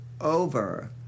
over